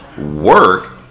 work